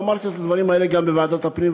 ואמרתי את הדברים האלה גם בוועדת הפנים,